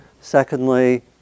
Secondly